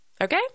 Okay